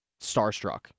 starstruck